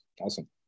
Awesome